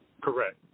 Correct